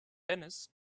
dennis